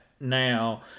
now